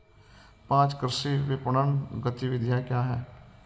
पाँच कृषि विपणन गतिविधियाँ क्या हैं?